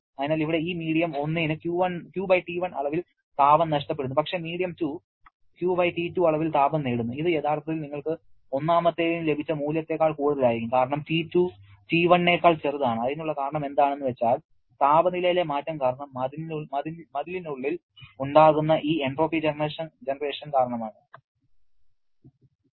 അതിനാൽ ഇവിടെ ഈ മീഡിയം 1 ന് QT1 അളവിൽ താപം നഷ്ടപ്പെടുന്നു പക്ഷേ മീഡിയം 2 QT2 അളവിൽ താപം നേടുന്നു ഇത് യഥാർത്ഥത്തിൽ നിങ്ങൾക്ക് ഒന്നാമത്തേതിന് ലഭിച്ച മൂല്യത്തേക്കാൾ കൂടുതലായിരിക്കും കാരണം T2 T1 നേക്കാൾ ചെറുതാണ് അതിനുള്ള കാരണം എന്താണ് എന്ന് വച്ചാൽ താപനിലയിലെ മാറ്റം കാരണം മതിലിനുള്ളിൽ ഉണ്ടാകുന്ന ഈ എൻട്രോപ്പി ജനറേഷൻ കാരണം ആണ്